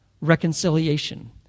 Reconciliation